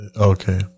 Okay